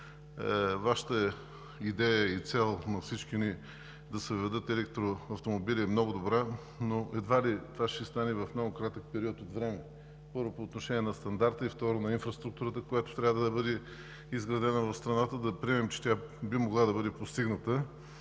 Вашата идея и цел на всички ни – да се въведат електроавтомобили, е много добра, но едва ли това ще стане в много кратък период от време. Първо, по отношение на стандарта, и второ, на инфраструктурата, която трябва да бъде изградена в страната. Да приемем, че тя би могла да бъде постигната,